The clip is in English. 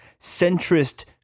centrist